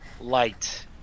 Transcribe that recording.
light